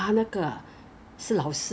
没有没有 as in 有没有他们有没有 like